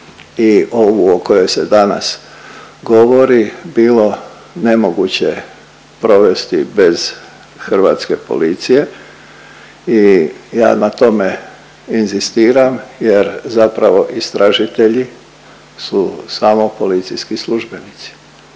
i ovu o kojoj se danas govori bilo nemoguće provesti bez hrvatske policije i ja na tome inzistiram jer zapravo istražitelji su samo policijski službenici.